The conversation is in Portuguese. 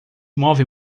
move